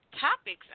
topics